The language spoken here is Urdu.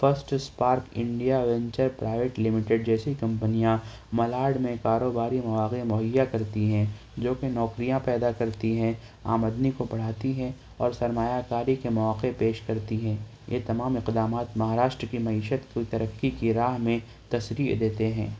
first spark India venture private limited جیسی کمپنیاں ملاڈ میں کاروباری مواقع مہیا کرتی ہیں جوکہ نوکریاں پیدا کرتی ہیں آمدانی کو بڑھاتی ہیں اور سرمایہ کاری کے مواقع پیش کرتی ہیں یہ تمام اقدامات مہاراشٹر کی معیشت کو ترقی کی راہ میں تشریح دیتے ہیں